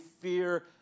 fear